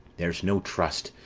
there's no trust,